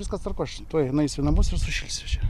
viskas tvarkoj aš tuoj nueisiu į namus ir sušilsiu čia